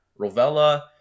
Rovella